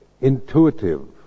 intuitive